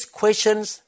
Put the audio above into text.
questions